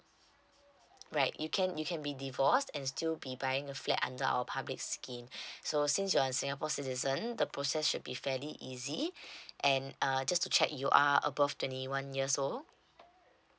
right you can you can be divorced and still be buying a flat under our public scheme so since you're in singapore citizen the process should be fairly easy and uh just to check you are above twenty one years